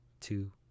Two